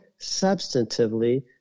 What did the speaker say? substantively